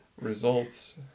results